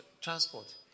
transport